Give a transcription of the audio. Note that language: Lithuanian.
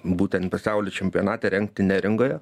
būtent pasaulio čempionatą rengti neringoje